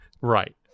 Right